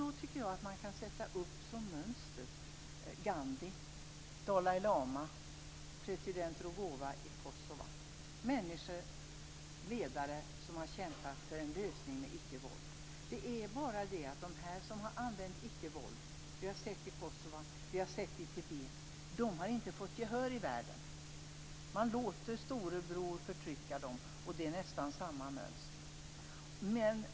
Då tycker jag att man kan sätta Gandhi, Dalai lama och president Rugova i Kosova som mönster - människor och ledare som har kämpat för en lösning med icke-våld. Problemet är bara att de som har använt icke-våld - vi har sett det i Kosova och i Tibet - inte har fått gehör i världen. Man låter storebror förtrycka dem, och det är nästan samma mönster.